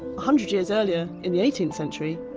hundred years earlier, in the eighteenth century,